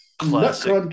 classic